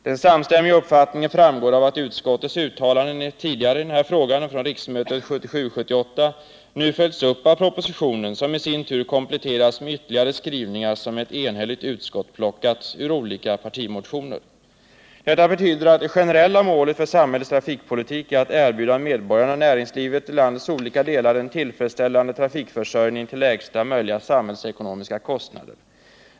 Den samstämmiga uppfattningen framgår av att utskottets uttalanden tidigare i den här frågan, från riksmötet 1977/78, nu följs upp av propositionen, som i sin tur kompletteras med ytterligare skrivningar som ett enhälligt utskott plockat ur olika partimotioner. Detta betyder att det generella målet för samhällets trafikpolitik är att erbjuda medborgarna och näringslivet i landets olika delar en tillfredsställande trafikförsörjning till lägsta möjliga samhällsekonomiska kostnader.